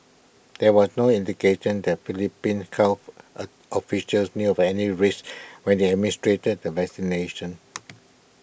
there was no indication that Philippines health O officials knew of any risks when they administered the vaccination